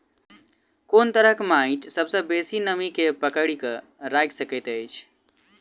कोन तरहक माटि सबसँ बेसी नमी केँ पकड़ि केँ राखि सकैत अछि?